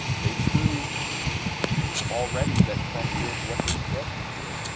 they proved already that trump did what they said he did.